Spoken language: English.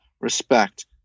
respect